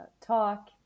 talk